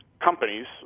companies